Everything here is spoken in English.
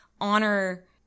honor